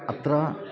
अत्र